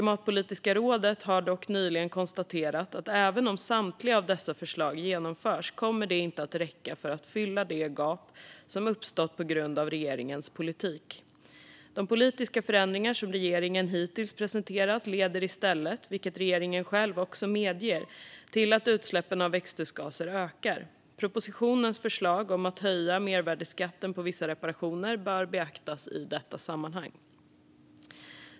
Men även om samtliga dessa förslag genomförs kommer det inte att räcka för att fylla det gap som har uppstått på grund av regeringens politik, har Klimatpolitiska rådet nyligen konstaterat. De politiska förändringar som regeringen hittills har presenterat leder i stället, vilket regeringen själv medger, till att utsläppen av växthusgaser ökar. Propositionens förslag att höja mervärdesskatten på vissa reparationer bör beaktas i detta sammanhang.